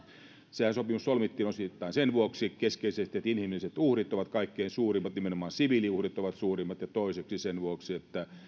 se sopimushan solmittiin keskeisesti sen vuoksi että inhimilliset uhrit ovat kaikkein suurimmat nimenomaan siviiliuhrit ovat suurimmat ja toiseksi sen vuoksi että